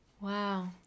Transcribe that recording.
Wow